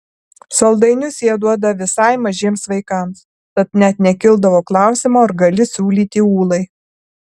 saldainius jie duoda visai mažiems vaikams tad net nekildavo klausimo ar gali siūlyti ūlai